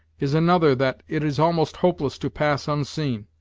is another that it is almost hopeless to pass unseen.